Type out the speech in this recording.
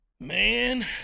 man